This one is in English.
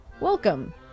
welcome